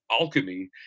alchemy